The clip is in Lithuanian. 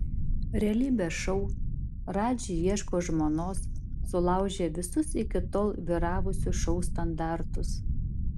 realybės šou radži ieško žmonos sulaužė visus iki tol vyravusius šou standartus